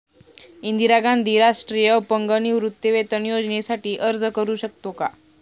इंदिरा गांधी राष्ट्रीय अपंग निवृत्तीवेतन योजनेसाठी अर्ज करू शकतो का?